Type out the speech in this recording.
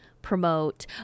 promote